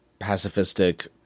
pacifistic